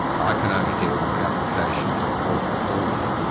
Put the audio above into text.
i can only deal with the applications that are brought before me,